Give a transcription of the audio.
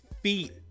feet